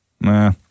Nah